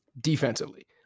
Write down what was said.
defensively